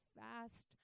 fast